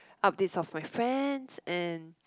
updates of my friends and